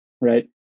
Right